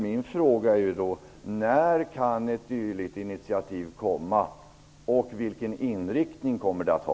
Min fråga är: När kan ett sådant initiativ komma, och vilken inriktning kommer det att ha?